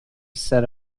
set